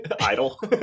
idle